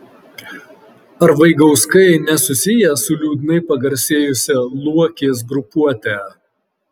ar vaigauskai nesusiję su liūdnai pagarsėjusia luokės grupuote